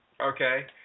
okay